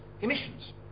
emissions